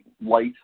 light